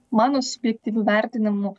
mano subjektyviu vertinimu